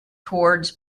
towards